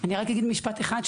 אני רק אגיד משפט אחד,